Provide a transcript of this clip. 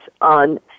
on